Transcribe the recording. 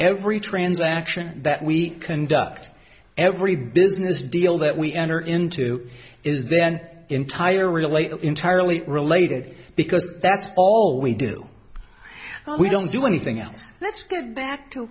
every transaction that we conduct every business deal that we enter into is then entire related entirely related because that's all we do we don't do anything else let's go back to